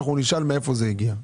אנחנו נשאל מאיפה הוא הגיע.